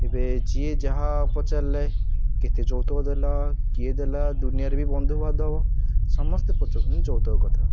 ଏବେ ଯିଏ ଯାହା ପଚାରିଲେ କେତେ ଯୌତୁକ ଦେଲା କିଏ ଦେଲା ଦୁନିଆରେ ବି ବନ୍ଧୁ ବାନ୍ଧବ ସମସ୍ତେ ପଚାରୁଛନ୍ତି ଯୌତୁକ କଥା